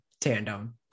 tandem